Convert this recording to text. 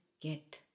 get